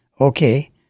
okay